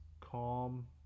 calm